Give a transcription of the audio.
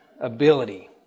ability